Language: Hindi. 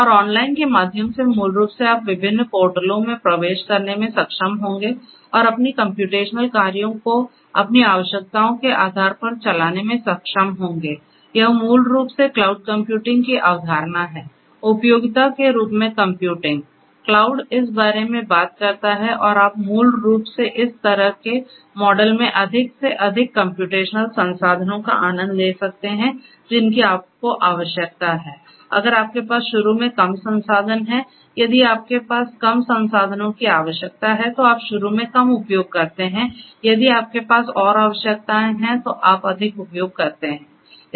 और ऑनलाइन के माध्यम से मूल रूप से आप विभिन्न पोर्टलों में प्रवेश करने में सक्षम होंगे और अपनी कम्प्यूटेशनल कार्यों को अपनी आवश्यकताओं के आधार पर चलाने में सक्षम होंगे यह मूल रूप से क्लाउड कंप्यूटिंग की अवधारणा है उपयोगिता के रूप में कंप्यूटिंग क्लाउड इस बारे में बात करता है और आप मूल रूप से इस तरह के मॉडल में अधिक से अधिक कम्प्यूटेशनल संसाधनों का आनंद ले सकते हैं जिनकी आपको आवश्यकता है अगर आपके पास शुरू में कम संसाधन हैं यदि आपके पास कम संसाधनों की आवश्यकता है तो आप शुरू में कम उपयोग करते हैं यदि आपके पास और आवश्यकताएं हैं तो आप अधिक उपयोग करते हैं